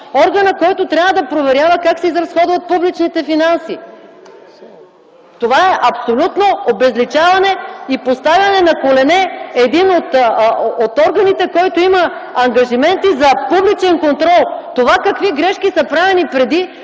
органът, който трябва да проверява как се изразходват публичните финанси. Това е абсолютно обезличаване и поставяне на колене един от органите, който има ангажименти за публичен контрол. Това, какви грешки са правени преди,